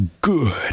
good